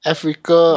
Africa